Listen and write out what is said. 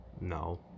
No